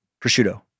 Prosciutto